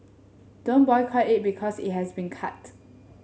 don't boycott it because it has been cut